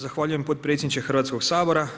Zahvaljujem potpredsjedniče Hrvatskoga sabora.